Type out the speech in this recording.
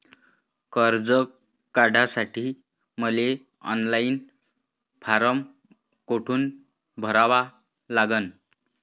कर्ज काढासाठी मले ऑनलाईन फारम कोठून भरावा लागन?